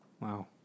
Wow